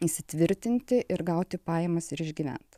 įsitvirtinti ir gauti pajamas ir išgyvent